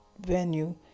venue